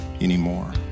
anymore